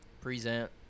Present